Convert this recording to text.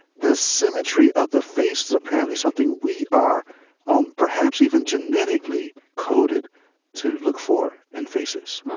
the symmetry of the face is apparently something we are um perhaps even genetically coded to look for in faces.